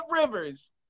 Rivers